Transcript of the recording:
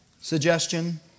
Suggestion